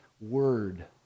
word